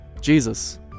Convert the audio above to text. Jesus